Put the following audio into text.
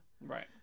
Right